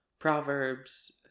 Proverbs